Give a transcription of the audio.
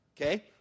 Okay